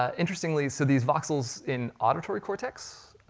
um interestingly, so these voxels in auditory cortex,